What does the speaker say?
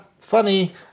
funny